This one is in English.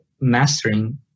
mastering